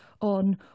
on